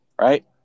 right